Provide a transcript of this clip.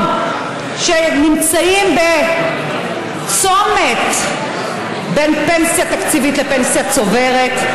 שנמצאים בצומת בין פנסיה תקציבית לפנסיה צוברת.